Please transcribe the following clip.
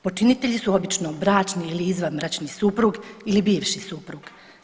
Počinitelji su obično bračni ili izvanbračni suprug ili bivši suprug.